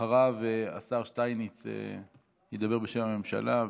אחריו השר שטייניץ ידבר בשם הממשלה,